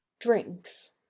Drinks